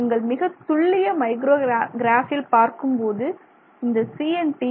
நீங்கள் மிகத்துல்லியமாக மைக்ரோ கிராஃபில் பார்க்கும்போது இந்த CNT